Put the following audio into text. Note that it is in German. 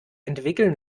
entwickeln